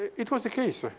it was the case. ah